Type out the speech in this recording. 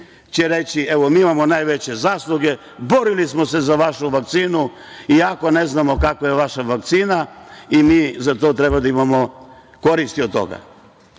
reći – mi imamo najveće zasluge, borili smo se za vašu vakcinu, iako ne znamo kakva je vaša vakcina i mi za to treba da imamo koristi od toga,